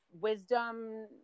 wisdom